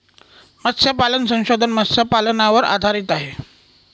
मत्स्यपालन संशोधन मत्स्यपालनावर आधारित आहे